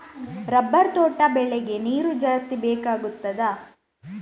Rubber ತೋಟ ಬೆಳೆಗೆ ನೀರು ಜಾಸ್ತಿ ಬೇಕಾಗುತ್ತದಾ?